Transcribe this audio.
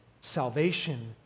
salvation